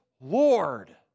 Lord